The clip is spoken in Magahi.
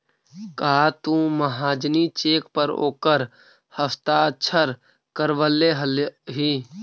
का तु महाजनी चेक पर ओकर हस्ताक्षर करवले हलहि